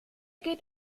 geht